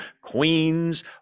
queens